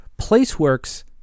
PlaceWorks